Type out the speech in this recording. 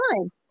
time